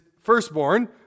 firstborn